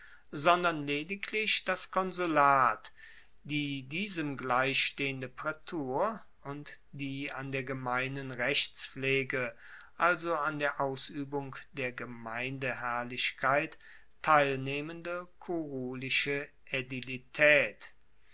sondern lediglich das konsulat die diesem gleichstehende praetur und die an der gemeinen rechtspflege also an der ausuebung der gemeindeherrlichkeit teilnehmende